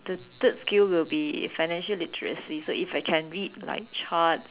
the third skill will be financial literacy so if I can read like charts